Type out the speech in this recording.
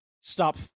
stop